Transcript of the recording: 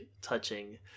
touching